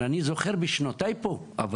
אבל אני זוכר את זה משנותיי פה הוותיקים,